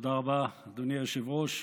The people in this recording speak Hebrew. תודה רבה, אדוני היושב-ראש.